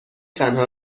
تنها